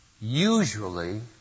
usually